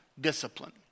discipline